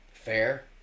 fair